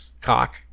Cock